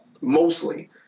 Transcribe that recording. mostly